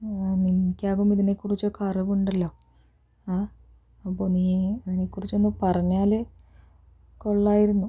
ആ നിനക്ക് ആവുമ്പോൾ ഇതിനെക്കുറിച്ചൊക്കെ അറിവുണ്ടല്ലോ അപ്പോൾ നീ അതിനെക്കുറിച്ചൊന്നു പറഞ്ഞാല് കൊള്ളാമായിരുന്നു